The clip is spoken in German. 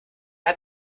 hat